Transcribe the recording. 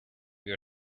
your